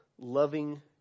loving